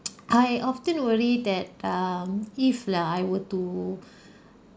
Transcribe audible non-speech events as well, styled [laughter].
[noise] I often worry that um if lah I were to [breath]